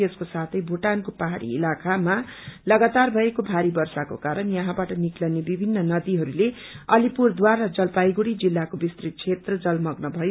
यसको साथै भूटानको पहाड़ी इलाकामा लागातार भएको भारी वर्षका कारण याहाँबाट निक्लने विभिन्न नदीहरूले अलिपुरद्वार र जलपाईगुड़ी जिल्लाको विस्तृत क्षेत्र जलमगन भयो